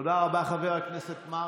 תודה רבה, חבר הכנסת מרגי.